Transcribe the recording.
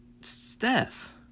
Steph